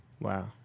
Wow